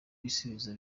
ibisubizo